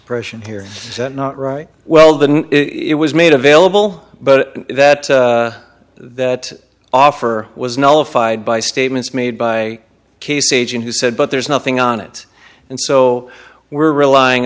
suppression here not right well than it was made available but that that offer was nullified by statements made by case agent who said but there's nothing on it and so we're relying